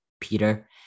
Peter